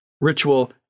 ritual